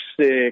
sick